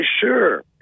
sure